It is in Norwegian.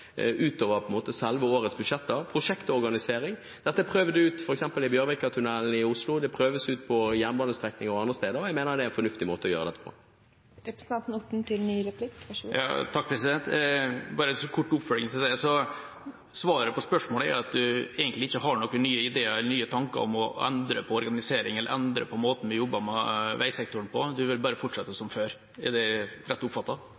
utover selve årets budsjett. Prosjektorganisering er prøvd ut f.eks. i Bjørvikatunnelen i Oslo, det prøves ut på jernbanestrekninger og andre steder, og jeg mener det er en fornuftig måte å gjøre dette på. Bare en kort oppfølging av det: Svaret på spørsmålet er at representanten egentlig ikke har noen nye ideer eller nye tanker om å endre på organisering eller endre på måten vi jobber med veisektoren på. Representanten vil bare fortsette som før. Er det